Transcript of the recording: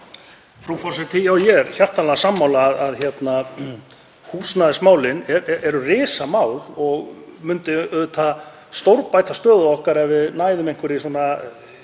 Frú forseti. Ég er hjartanlega sammála því að húsnæðismálin eru risamál og það myndi auðvitað stórbæta stöðu okkar ef við næðum einhverri góðri